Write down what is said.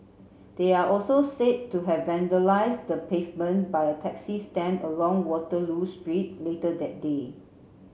they are also said to have vandalised the pavement by a taxi stand along Waterloo Street later that day